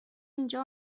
اینجا